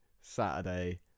saturday